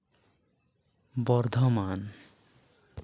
Bardhaman